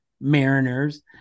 mariners